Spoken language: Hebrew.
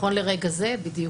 נכון לרגע זה, בדיוק.